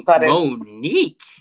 Monique